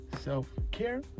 self-care